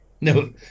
No